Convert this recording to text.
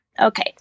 Okay